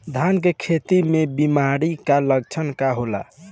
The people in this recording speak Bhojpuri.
धान के खेती में बिमारी का लक्षण का होला?